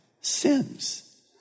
sins